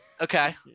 okay